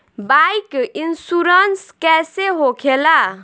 Bike insurance कैसे होखे ला?